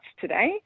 today